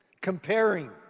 Comparing